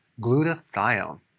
glutathione